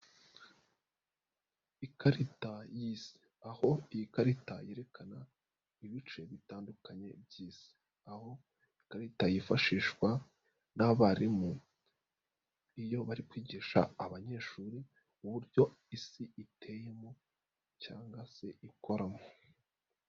Ikarita y'Isi aho iyi karita yerekana ibice bitandukanye by'Isi, aho ikarita yifashishwa n'abarimu iyo bari kwigisha abanyeshuri uburyo Isi iteyemo cyangwa se ikoramo.